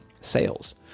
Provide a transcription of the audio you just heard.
sales